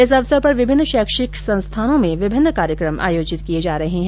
इस अवसर पर विभिन्न शैक्षिक संस्थानों में विभिन्न कार्यक्रम आयोजित किये जा रहे है